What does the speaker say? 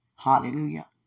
Hallelujah